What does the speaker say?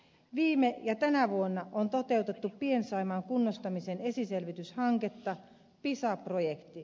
viime ja tänä vuonna on toteutettu pien saimaan kunnostamisen esiselvityshanketta pisa projektia